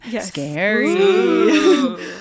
Scary